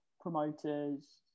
promoters